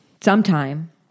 sometime